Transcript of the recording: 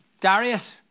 Darius